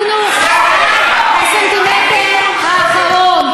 מעזה נסוגונו, עד הסנטימטר האחרון.